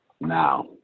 Now